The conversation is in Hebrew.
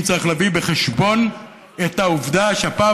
וצריך להביא בחשבון את העובדה שבפעם